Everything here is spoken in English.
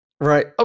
right